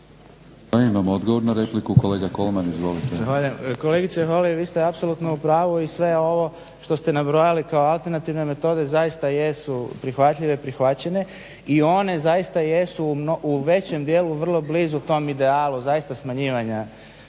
Imamo odgovor na repliku kolega Kolman. Izvolite. **Kolman, Igor (HNS)** Zahvaljujem. Kolegice Holy vi ste apsolutno u pravu i sve ovo što ste nabrojali kao alternativne metode zaista jesu prihvatljive, prihvaćene i one zaista jesu u većem dijelu vrlo blizu tom idealu zaista smanjivanja